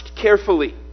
carefully